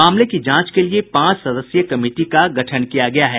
मामले की जांच के लिये पांच सदस्यीय कमिटी का गठन किया गया है